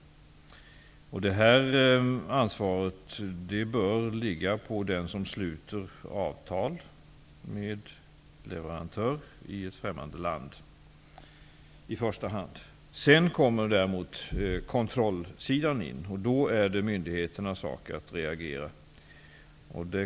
Ansvaret bör i första hand ligga på den som sluter avtal med leverantör i främmande land. Sedan kommer kontrollsidan in i bilden, och då är det myndigheternas sak att reagera.